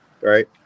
Right